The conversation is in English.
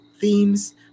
themes